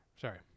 Sorry